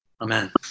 amen